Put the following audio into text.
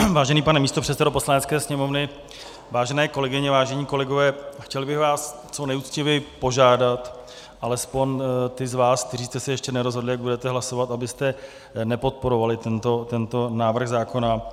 Vážený pane místopředsedo Poslanecké sněmovny, vážené kolegyně, vážení kolegové, chtěl bych vás co nejuctivěji požádat, alespoň ty z vás, kteří jste se ještě nerozhodli, jak budete hlasovat, abyste nepodporovali tento návrh zákona.